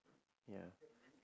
ya